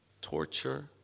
torture